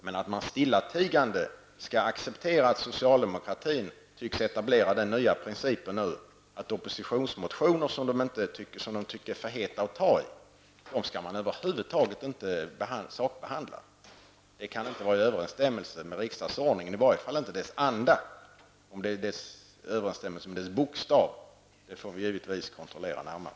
Men vi kan inte stillatigande acceptera att socialdemokraterna nu tycks etablera den nya principen att oppositionsmotioner som de tycker är för heta att ta i skall man över huvud taget inte sakbehandla. Det kan inte vara i överensstämmelse med riksdagsordningen, i varje fall inte med dess anda. Om det är i överensstämmelse med dess bokstav får vi givetvis kontrollera närmare.